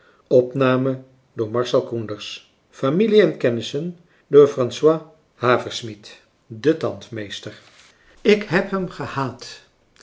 familie en kennissen de tandmeester ik heb hem gehaat